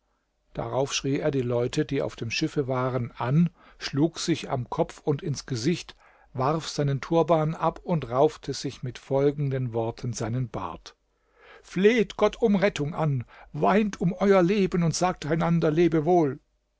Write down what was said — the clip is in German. darauf schrie er die leute die auf dem schiffe waren an schlug sich am kopf und ins gesicht warf seinen turban ab und raufte sich mit folgenden worten seinen bart fleht gott um rettung an weint um euer leben und sagt einander lebewohl